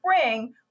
spring